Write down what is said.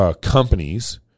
companies